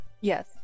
yes